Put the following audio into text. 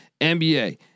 NBA